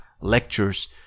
lectures